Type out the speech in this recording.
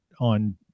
on